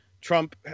trump